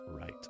right